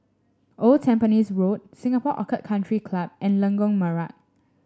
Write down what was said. Old Tampines Road Singapore Orchid Country Club and Lengkok Merak